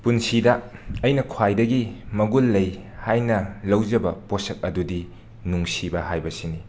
ꯄꯨꯟꯁꯤꯗ ꯑꯩꯅ ꯈ꯭ꯋꯥꯏꯗꯒꯤ ꯃꯒꯨꯟ ꯂꯩ ꯍꯥꯏꯅ ꯂꯧꯖꯕ ꯄꯣꯠꯁꯛ ꯑꯗꯨꯗꯤ ꯅꯨꯡꯁꯤꯕ ꯍꯥꯏꯕꯁꯤꯅꯤ